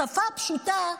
בשפה פשוטה,